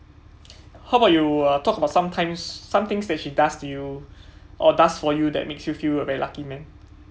how about you uh talk about sometimes somethings that she does to you or does for you that make you feel a very lucky man